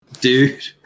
Dude